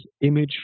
image